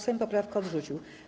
Sejm poprawkę odrzucił.